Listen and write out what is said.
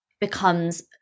becomes